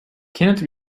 kenneth